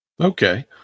Okay